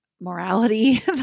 morality